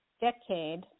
decade